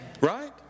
right